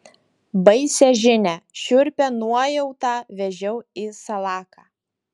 baisią žinią šiurpią nuojautą vežiau į salaką